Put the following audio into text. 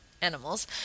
animals